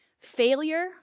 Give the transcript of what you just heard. Failure